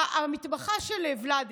המתמחה של ולדי